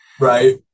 right